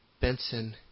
Benson